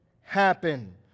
happen